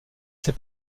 ses